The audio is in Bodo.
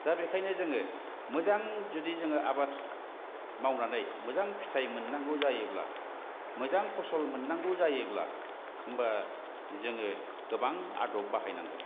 दा बेनिखायनो जों मोजां जुदि जों आबाद मावनानै मोजां फिथाइ मोननांगौ जायोब्ला मोजां फसल मोननांगौ जायोब्ला होम्बा जों गोबां आदब बाहायनांगोन